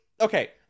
okay